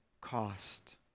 cost